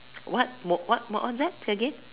what mo~ what what's that say again